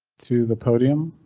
to the podium.